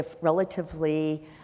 relatively